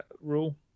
rule